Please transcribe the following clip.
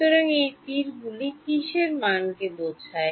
সুতরাং এই তীরগুলি কীসের মানকে বোঝায়